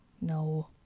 no